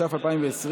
התש"ף 2020,